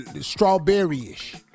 strawberry-ish